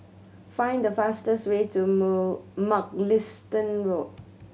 find the fastest way to move Mugliston Road